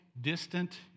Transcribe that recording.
distant